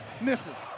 Misses